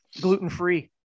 Gluten-free